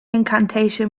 incantation